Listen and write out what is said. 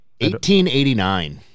1889